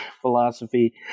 philosophy